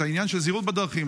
את העניין של זהירות בדרכים.